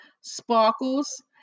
sparkles